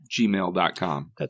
Gmail.com